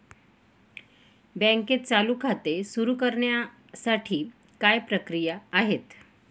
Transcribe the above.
बँकेत चालू खाते सुरु करण्यासाठी काय प्रक्रिया आहे?